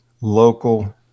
local